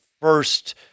first –